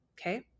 Okay